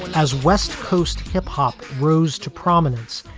as west coast hip hop rose to prominence,